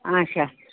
آچھا